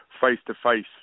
face-to-face